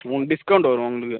ம் டிஸ்கௌண்ட் வரும் உங்களுக்கு